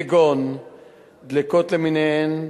כגון דלקות למיניהן,